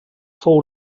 fou